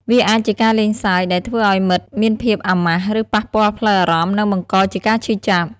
វាអាចជាការលេងសើចដែលធ្វើឱ្យមិត្តមានភាពអាម៉ាស់ ឬប៉ះពាល់ផ្លូវអារម្មណ៍ និងបង្កជាការឈឺចាប់។